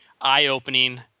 eye-opening